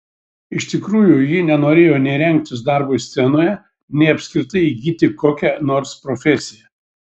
iš tikrųjų ji nenorėjo nei rengtis darbui scenoje nei apskritai įgyti kokią nors profesiją